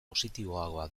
positiboagoa